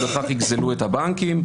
ובכך יגזלו את הבנקים,